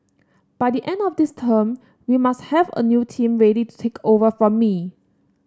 by the end of this term we must have a new team ready to take over from me